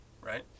right